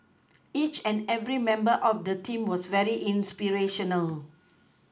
each and every member of the team was very inspirational